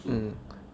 mm